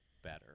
better